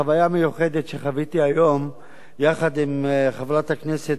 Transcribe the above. שחוויתי היום יחד עם חברת הכנסת רונית תירוש,